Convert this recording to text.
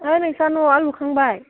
ऐ नोंसा न'आ लुखांबाय